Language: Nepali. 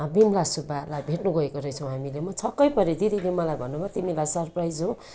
बिमला सुब्बालाई भेट्नु गएको रहेछौँ हामी म छक्कै परेँ दिदीले मलाई भन्नुभयो तिमीलाई सरप्राइज हो